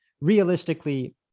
realistically